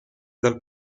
dal